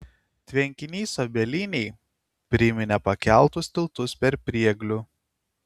tvenkinys obelynėj priminė pakeltus tiltus per prieglių